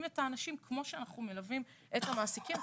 את האנשים כמו שאנחנו מלווים את המעסיקים.